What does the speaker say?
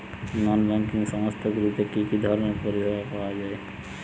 নন banking সংস্থা গুলিতে কি কি ধরনের পরিসেবা পাওয়া য়ায়?